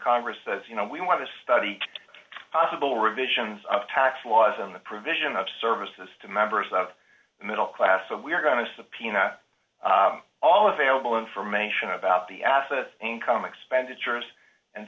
congress that you know we want to study possible revisions of tax laws on the provision of services to members of the middle class what we are going to subpoena all available information about the assets income expenditures and